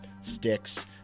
sticks